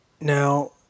now